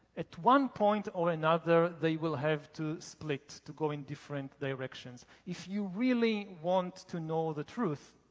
at one point or another, they will have to split to go in different directions. if you really want to know the truth,